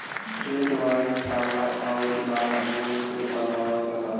red wine काला आउर लाल अंगूर से बनावल जाला